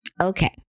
Okay